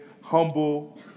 humble